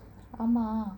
ஆமா:aama